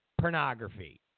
pornography